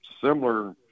similar